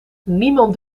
niemand